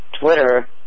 Twitter